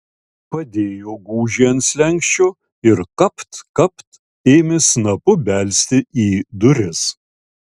padėjo gūžį ant slenksčio ir kapt kapt ėmė snapu belsti į duris